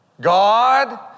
God